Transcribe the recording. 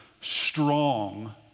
strong